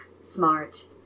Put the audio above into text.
smart